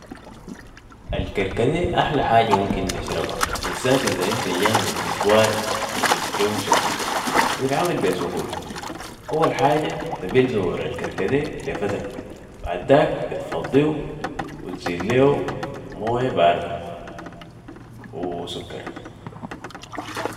الكركدي احلى حاجة ممكن نشربها بزات اذا انت جاي من مشوار و الجو سخن ، وبيتعمل بي سهولة ، اول حاجة تبل زهور الكردي لي فترة بعداك بتفضيو و تزيد ليو موية باردة وسكر